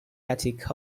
attic